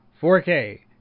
4K